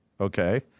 okay